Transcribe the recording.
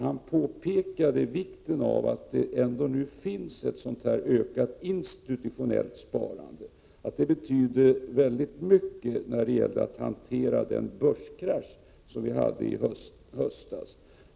Han påpekade att ett stort institutionellt sparande betydde mycket när det gällde att hantera den börskrasch som vi hade i höstas.